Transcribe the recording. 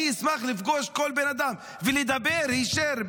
אני אשמח לפגוש כל בן אדם ולדבר היישר,